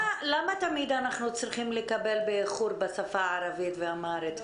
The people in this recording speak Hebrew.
למה תמיד אנחנו צריכים לקבל באיחור בשפה הערבית והאמהרית?